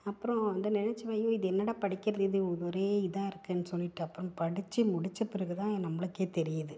அப்பறம் அதை நினச்சிப்பேன் ஐயையோ இது என்னடா படிக்கிறது இது ஒரே இதாக இருக்குன்னு சொல்லிட்டு அப்புறம் படித்து முடித்த பிறகுதான் நம்மளுக்கே தெரியுது